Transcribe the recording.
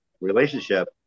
relationship